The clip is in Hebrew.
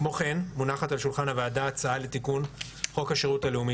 כמו כן מונחת על שולחן הוועדה הצעה לתיקון חוק השירות הלאומי